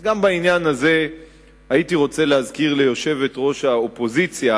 אז גם בעניין הזה הייתי רוצה להזכיר ליושבת-ראש האופוזיציה,